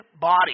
body